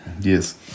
Yes